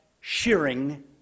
shearing